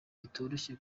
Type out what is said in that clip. bitoroshye